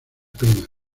pena